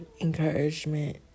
encouragement